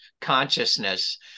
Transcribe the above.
consciousness